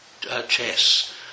chess